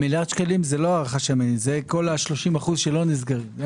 זה כל ה-30% שלא נסגרים.